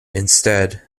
instead